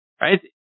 right